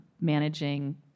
managing